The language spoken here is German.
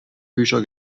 bücher